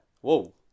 Whoa